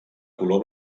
color